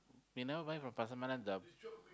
you never buy from Pasar-Malam the